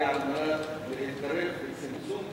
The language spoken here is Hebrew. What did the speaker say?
זה על מנת להתקרב לצמצום פערים,